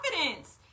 confidence